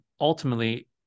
ultimately